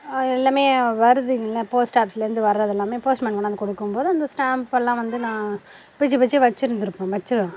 எல்லாமே வருதுங்குல போஸ்டாஃபீஸ்லேருந்து வரதெல்லாமே போஸ்ட்மேன் கொண்டாந்து கொடுக்கும் போது அந்த ஸ்டாம்பெல்லாம் வந்து நான் பிரிச்சு பிரிச்சு வச்சுருந்துருப்பேன் வச்சுருவேன்